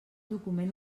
document